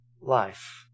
life